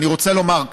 ואני רוצה לומר,